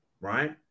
right